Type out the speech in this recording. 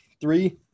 three